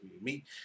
meet